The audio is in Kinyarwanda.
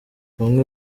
bamwe